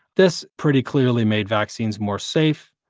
this pretty clearly made vaccines more safe,